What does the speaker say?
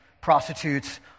prostitutes